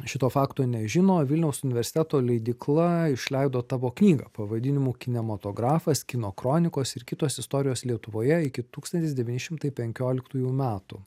šito fakto nežino vilniaus universiteto leidykla išleido tavo knygą pavadinimu kinematografas kino kronikos ir kitos istorijos lietuvoje iki tūkstantis devyni šimtai penkioliktųjų metų